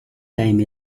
time